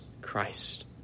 christ